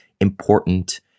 important